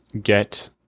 get